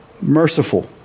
merciful